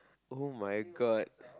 [oh]-my-god